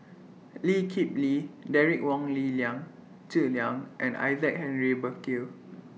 Lee Kip Lee Derek Wong Lee Liang Zi Liang and Isaac Henry Burkill